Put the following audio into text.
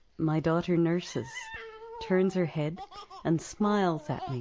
my daughter nurses turns her head and smiles at me.